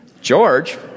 George